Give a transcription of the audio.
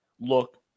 look